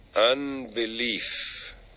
unbelief